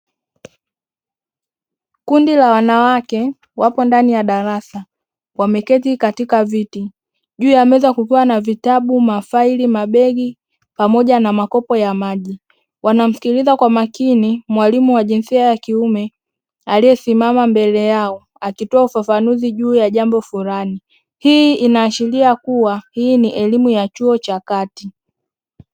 Kundi la wanawake wapo ndani ya darasa wameketi katika viti juu ya meza kukiwa na vitabu, mafaili, mabegi pamoja na makopo ya maji. Wanamsikiliza kwa makini mwalimu wa jinsia ya kiume aliesimama mbele yao akitoa ufafanuzi juu ya jambo fulani. Hii inaashiria kuwa hii ni elimu ya chuo cha kati.